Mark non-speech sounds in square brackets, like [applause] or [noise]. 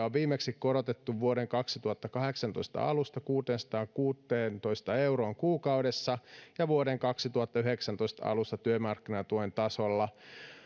[unintelligible] on viimeksi korotettu vuoden kaksituhattakahdeksantoista alusta kuuteensataankuuteentoista euroon kuukaudessa ja vuoden kaksituhattayhdeksäntoista alussa työmarkkinatuen tasolla